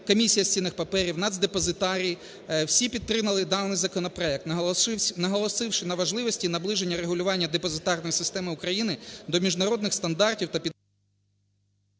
Комісія з цінних паперів, Нацдепозитарій, всі підтримали даний законопроект, наголосивши на важливості наближення регулювання депозитарної системи України до міжнародних стандартів. ГОЛОВУЮЧИЙ.